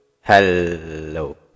Hello